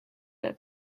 der